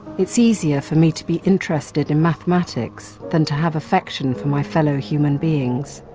it's easier for me to be interested in mathematics than to have affection for my fellow human beings.